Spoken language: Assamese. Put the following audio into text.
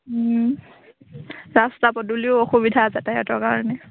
ৰাস্তা পদূলিও অসুবিধা যাতায়াতৰ কাৰণে